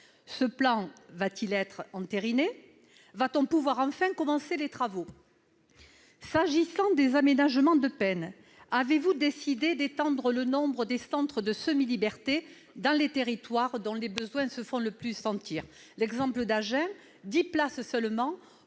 Ce plan va-t-il être entériné ? Va-t-on pouvoir enfin commencer les travaux ? S'agissant des aménagements de peine, le Gouvernement a-t-il décidé d'étendre le nombre de centres de semi-liberté dans les territoires où les besoins se font le plus sentir ?